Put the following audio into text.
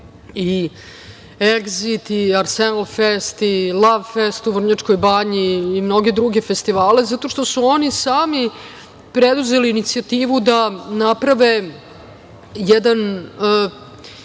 i „Egzit“ i „Arsenal fest“ i „Lav fest“ u Vrnjačkoj Banji i mnoge druge festivale, zato što su oni sami preuzeli inicijativu da naprave jedan